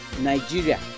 Nigeria